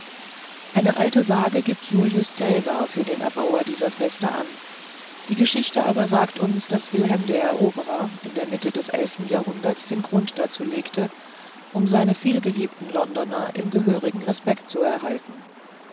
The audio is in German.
eine alte sage gibt julius cäsar für den ersten erbauer dieser veste an die geschichte aber sagt uns daß wilhelm der eroberer in der mitte des elften jahrhunderts den grund dazu legte um seine vielgeliebten londoner im gehörigen respekt zu erhalten